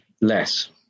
less